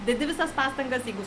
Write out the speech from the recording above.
dedi visas pastangas jeigu